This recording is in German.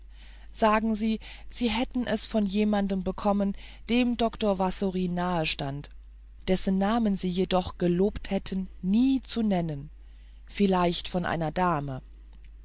sagen sie sie hätten es von jemandem bekommen dem dr wassory nahestand dessen namen sie jedoch gelobt hätten nie zu nennen vielleicht von einer dame